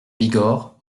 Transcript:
bigorre